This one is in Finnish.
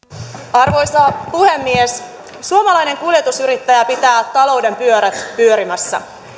arvoisa puhemies suomalainen kuljetusyrittäjä pitää talouden pyörät pyörimässä